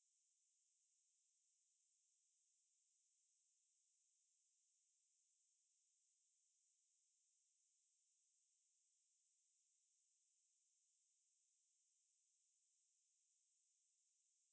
so um like subway was the first um err restaurant to prove that they actually can like people can actually lose weight by eating their product so they um ya that's how they got famous but then now it's just